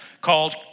called